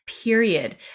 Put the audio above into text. period